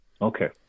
Okay